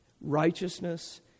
Righteousness